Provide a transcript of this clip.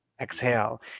exhale